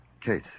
Kate